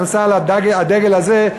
נכנסה על הדגל הזה,